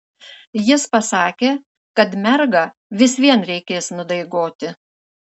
jis pasakė kad mergą vis vien reikės nudaigoti